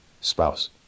spouse